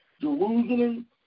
Jerusalem